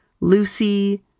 Lucy